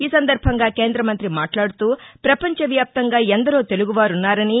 ఈ సందర్బంగా కేందమంతి మాట్లాడుతూప్రపంచ వ్యాప్తంగా ఎందరో తెలుగువారున్నారని